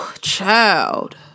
child